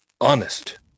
honest